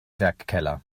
werkkeller